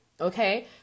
okay